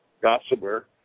gossamer